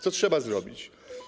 Co trzeba zrobić?